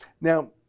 Now